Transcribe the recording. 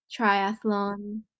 Triathlon